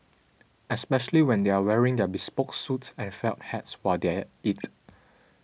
especially when they are wearing their bespoke suits and felt hats while they are at it